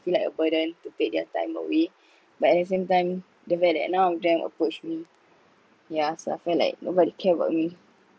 feel like a burden to take their time away but at the same time the fact that none of them approach me yeah so I felt like nobody care about me